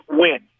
win